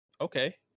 Okay